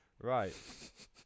Right